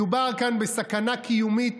מדובר כאן בסכנה קיומית